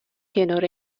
کنار